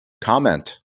comment